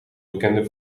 bekende